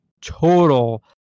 total